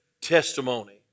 testimony